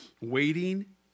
Waiting